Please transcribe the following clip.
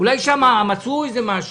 אולי שם מצאו איזה משהו.